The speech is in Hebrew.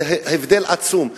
זה הבדל עצום.